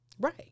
Right